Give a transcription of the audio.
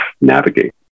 navigate